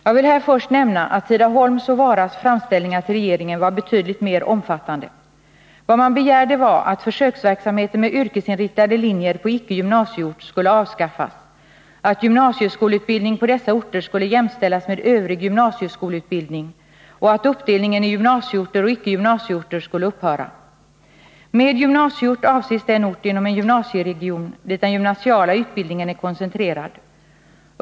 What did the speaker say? Jag vill här först nämna att Tidaholms och Varas framställningar till regeringen var betydligt mer omfattande. Vad man begärde var att försöksverksamheten med yrkesinriktade linjer på icke gymnasieort skulle avskaffas, att gymnasieskolutbildning på dessa orter skulle jämställas med övrig gymnasieskolutbildning och att uppdelningen i gymnasieorter och icke gymnasieorter skulle upphöra. Med gymnasieort avses den ort inom en gymnasieregion dit den gymnasiala utbildningen är koncentrerad.